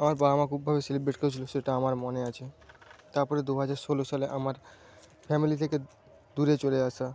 আমার বাবা মা খুবভাবে সেলিব্রেট করেছিল সেটা আমার মনে আছে তারপরে দু হাজার ষোলো সালে আমার ফ্যামিলি থেকে দূরে চলে আসা